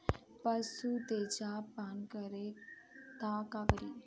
पशु तेजाब पान करी त का करी?